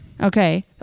okay